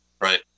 Right